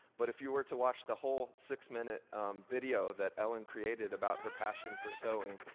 but if you were to watch the whole six-minute video that ellen created about her passion for sewing,